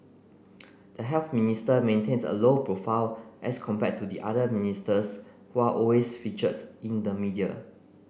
the Health Minister maintains a low profile as compared to the other ministers who are always features in the media